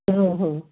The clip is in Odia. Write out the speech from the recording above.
ହଁ ହଁ